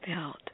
belt